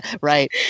right